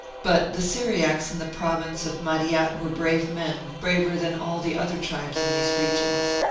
but the syriacs in the province of madiat were brave men, braver than all the other tribes in these regions.